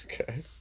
okay